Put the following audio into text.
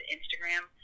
Instagram